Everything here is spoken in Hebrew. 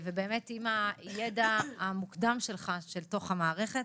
עם הידע המוקדם שלך על פנים המערכת.